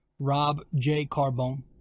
robjcarbone